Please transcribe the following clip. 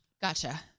Gotcha